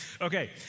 Okay